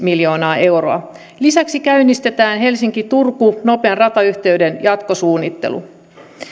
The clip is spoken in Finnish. miljoonaa euroa lisäksi käynnistetään helsinki turku välisen nopean ratayhteyden jatkosuunnittelu